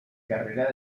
carrera